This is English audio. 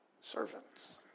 servants